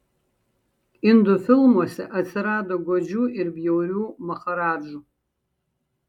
indų filmuose atsirado godžių ir bjaurių maharadžų